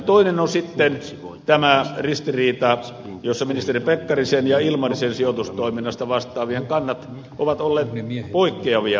toinen on sitten tämä ristiriita jossa ministeri pekkarisen ja ilmarisen sijoitustoiminnasta vastaavien kannat ovat olleet poikkeavia